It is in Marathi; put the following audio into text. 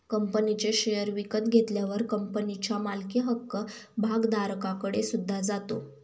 कंपनीचे शेअर विकत घेतल्यावर कंपनीच्या मालकी हक्क भागधारकाकडे सुद्धा जातो